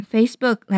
Facebook